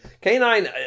canine